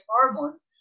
hormones